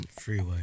freeway